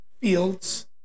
Fields